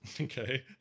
Okay